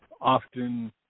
often